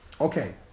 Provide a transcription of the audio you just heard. Okay